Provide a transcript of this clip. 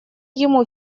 ему